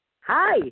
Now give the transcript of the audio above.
Hi